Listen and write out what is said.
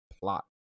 plot